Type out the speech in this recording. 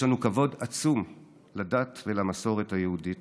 יש לנו כבוד עצום לדת ולמסורת היהודית.